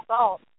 salt